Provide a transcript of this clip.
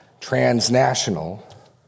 transnational